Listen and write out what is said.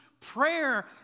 prayer